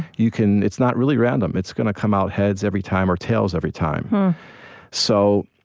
you can it's not really random. it's going to come out heads every time, or tails every time so,